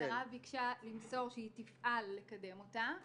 השרה ביקשה למסור שהיא תפעל לקדם אותם -- יופי.